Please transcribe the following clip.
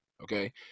Okay